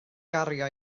gario